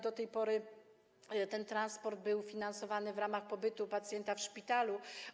Do tej pory ten transport był finansowany w ramach pobytu pacjenta w szpitalu.